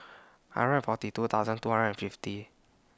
hundred forty two thousand two hundred fifty